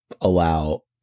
allow